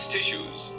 Tissues